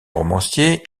romancier